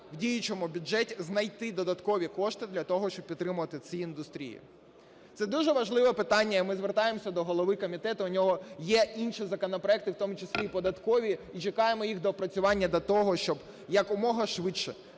в діючому бюджеті знайти додаткові кошти для того, щоб підтримувати ці індустрії. Це дуже важливе питання і ми звертаємося до голови комітету, в нього є інший законопроект, і в тому числі і податкові, і чекаємо їх доопрацювання до того, щоб якомога швидше